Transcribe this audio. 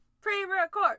Pre-record